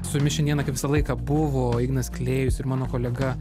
su jumis šiandieną kaip visą laiką buvo ignas klėjus ir mano kolega